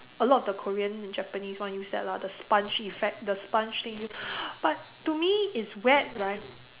a lot of the Korean Japanese one use that lah the sponge effect the sponge thing but to me it's wet right